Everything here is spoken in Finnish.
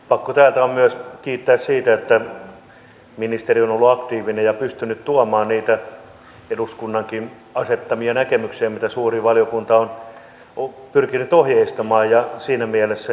pakko täältä on myös kiittää siitä että ministeri on ollut aktiivinen ja pystynyt tuomaan niitä eduskunnankin asettamia näkemyksiä mitä suuri valiokunta on pyrkinyt ohjeistamaan ja siinä mielessä on kiitoksen aika